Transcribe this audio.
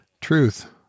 Truth